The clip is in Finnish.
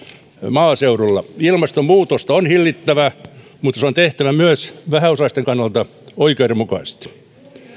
maaseudulla ilmastonmuutosta on hillittävä mutta se on tehtävä myös vähäosaisten kannalta oikeudenmukaisesti